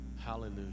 Hallelujah